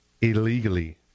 illegally